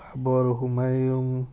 Babar Humayun